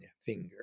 finger